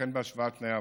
וכן בהשוואת תנאי עבודה.